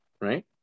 right